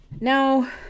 Now